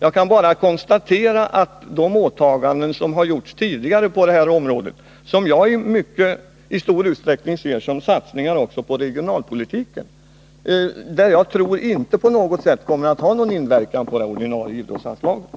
Jag kan bara konstatera att de åtaganden som har gjorts tidigare på detta område och som jag i mycket stor utsträckning ser som satsningar på regionalpolitiken inte på något sätt kan ha någon inverkan på de ordinarie idrottsanslagen.